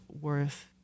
worth